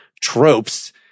tropes